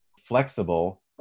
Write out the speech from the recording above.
flexible